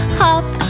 hop